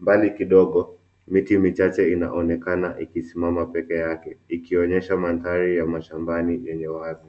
Mbali kidogo miti michache inaonekana ikisimama peke yake ikionyesha mandhari ya mashambani yenye watu.